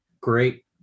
great